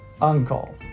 uncle